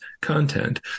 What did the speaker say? content